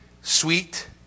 sweet